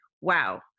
wow